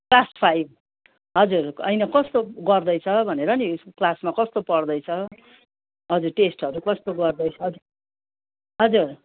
class five हजुर होइन कस्तो गर्दैछ भनेर नि क्लासमा कस्तो पढ्दैछ हजुर टेस्टहरू कस्तो गर्दैछ हजुर